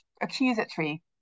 accusatory